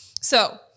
So-